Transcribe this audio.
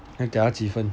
你给他几分